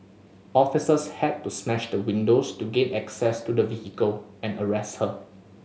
officers had to smash the windows to gain access to the vehicle and arrest her